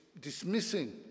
dismissing